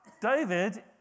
David